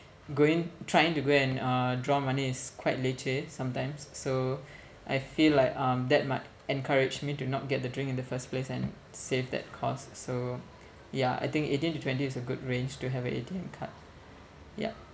going trying to go and uh draw money is quite leceh sometimes so I feel like um that might encourage me to not get the drink in the first place and save that cost so ya I think eighteen to twenty is a good range to have a A_T_M card yup